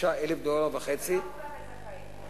39,500 דולר, ולא כולן לזכאים.